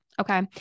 Okay